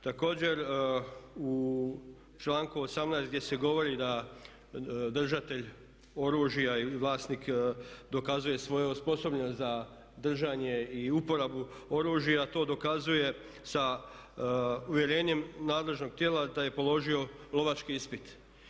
Također, u članku 18.gdje se govori da držatelj oružja ili vlasnik dokazuje svoju osposobljenost za držanje i uporabu oružja, to dokazuje sa uvjerenjem nadležnog tijela da je položio lovački ispit.